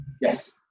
Yes